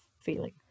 feeling